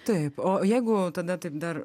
taip o jeigu tada taip dar